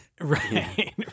right